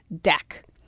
deck